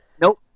nope